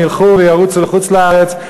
הם ילכו וירוצו לחוץ-לארץ,